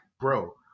bro